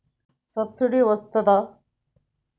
Subsidy వస్తదా?